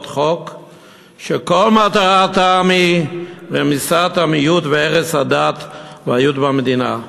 חוק שכל מטרתן היא רמיסת המיעוט והרס הדת והיהדות במדינה.